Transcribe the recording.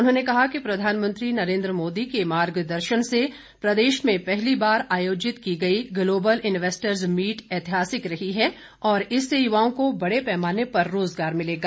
उन्होंने कहा कि प्रधानमंत्री नरेंद्र मोदी के मार्गदर्शन से प्रदेश में पहली बार आयोजित की गई ग्लोबल इन्वेस्टरस मीट ऐतिहासिक रही है और इससे युवाओं को बडे पैमाने पर रोजगार मिलेगा